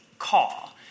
call